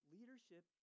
Leadership